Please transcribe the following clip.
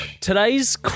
today's